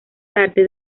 tarde